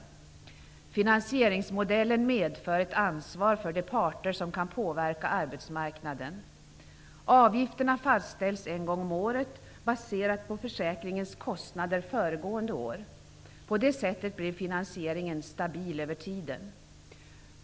Finansieringsmodellen medför ett ansvar för de parter som kan påverka arbetsmarknaden. Avgifterna fastställs en gång om året och baseras på försäkringens kostnader föregående år. På det sättet blir finansieringen stabil över tiden.